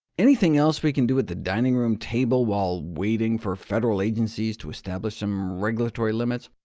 anything else we can do at the dining room table while waiting for federal agencies to establish some regulatory limits?